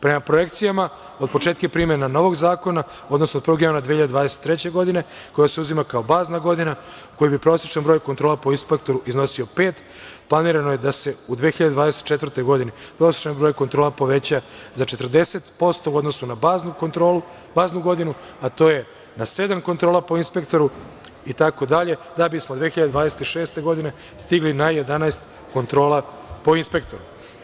Prema projekcijama od početka primene novog zakona, odnosno od 1. januara 2023. godine koja se uzima kao bazna godina, u kojoj bi prosečan broj kontrola po inspektoru iznosio pet planirano je da se u 2024. godini prosečan broj kontrola poveća za 40% u odnosu na baznu godinu, a to je da sedam kontrola po inspektoru itd. da bismo 2026. godine stigli na 11 kontrola po inspektoru.